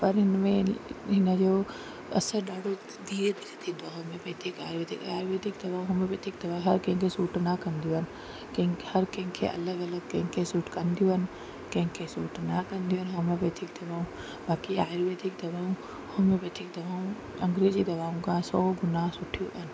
पर हिनमें हिनजो असर ॾाढो धीरे धीरे थींदो आहे उनमें होमियोपैथिक आयुर्वेदिक आयुर्वेदिक दवाऊं होमियोपैथिक दवा हर कंहिंखे सूट न कंदियूं आहिनि कंहिंखे हर कंहिंखे अलॻि अलॻि कंहिंखे सूट कंदियूं आहिनि कंहिंखे सूट न कंदियूं आहिनि होमियोपैथिक दवाऊं बाक़ी आयुर्वेदिक दवाऊं होमियोपैथिक दवाऊं अंग्रेजी दवाउनि खां सौ गुना सुठियूं आहिनि